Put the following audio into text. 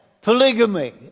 polygamy